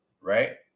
right